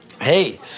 hey